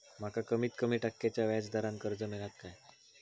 माका कमीत कमी टक्क्याच्या व्याज दरान कर्ज मेलात काय?